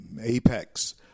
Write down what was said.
apex